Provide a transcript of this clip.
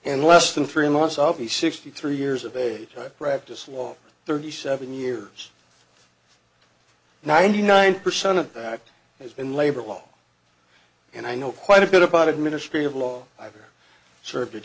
and less than three months of the sixty three years of age i practiced law thirty seven years ninety nine percent of that has been labor law and i know quite a bit about administrative law either served